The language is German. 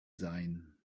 sein